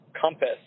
compass